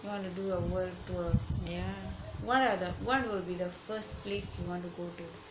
you want to do a world tour what are the what would be the first place you want to go to